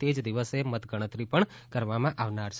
તેજ દિવસે મતગણતરી પણ કરવામાં આવનાર છે